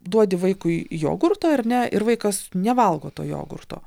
duodi vaikui jogurto ar ne ir vaikas nevalgo to jogurto